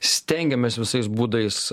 stengiamės visais būdais